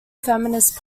feminist